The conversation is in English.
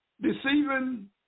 Deceiving